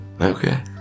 Okay